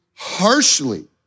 harshly